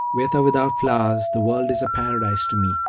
with or without flowers, the world is a paradise to me,